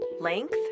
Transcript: Length